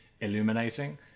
illuminating